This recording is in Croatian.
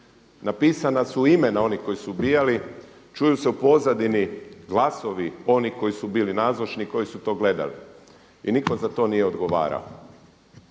Napisana su imena onih koji su ubijali. Čuju se u pozadini glasovi oni koji su bili nazočni koji su to gledali i nitko za to nije odgovarao.